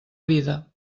vida